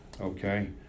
Okay